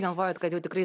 galvojot kad jau tikrai